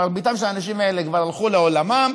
מרבית האנשים האלה כבר הלכו לעולמם,